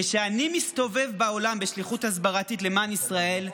כשאני מסתובב בעולם בשליחות הסברתית למען ישראל,